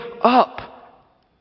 up